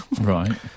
Right